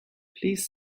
please